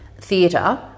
theatre